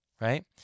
right